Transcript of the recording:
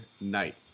night